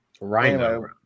rhino